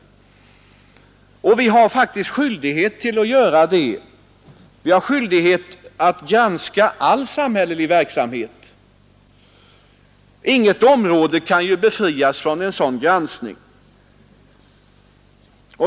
Och vi har faktiskt skyldighet att göra det. Vi har skyldighet att granska all samhällelig verksamhet. Inget område kan befrias från en sådan granskning.